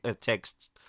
texts